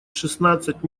шестнадцать